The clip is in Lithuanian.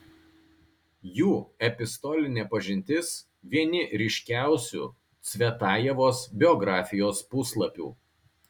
jų epistolinė pažintis vieni ryškiausių cvetajevos biografijos puslapių